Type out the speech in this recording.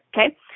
okay